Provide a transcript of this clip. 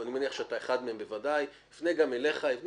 אתם תתנו לו תשובות מדוע אתם חושבים שאין שינוי,